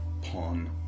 Pawn